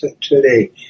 today